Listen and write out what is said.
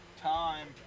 time